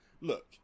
look